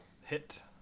Hit